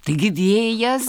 taigi vėjas